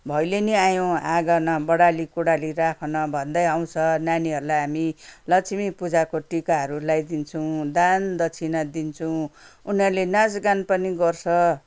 भैलेनी आयौँ आँगन बडाली कुडाली राखन भन्दा आउँछ नानीहरूलाई हामी लक्ष्मी पूजाको टिकाहरू लगाइदिन्छौँ दान दक्षिणा दिन्छौँ उनीहरूले नाचगान पनि गर्छ